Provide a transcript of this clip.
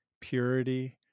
purity